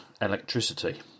electricity